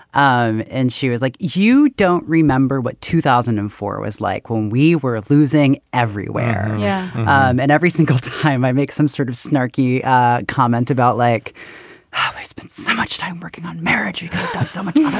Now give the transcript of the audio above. um and she was like, you don't remember what two thousand and four was like when we were losing everywhere. yeah and every single time i make some sort of snarky comment about like how i spent so much time working on marriage so rights. yeah